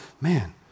man